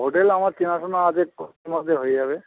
hotel আমার চেনাশোনা আছে কমের মধ্যে হয়ে যাবে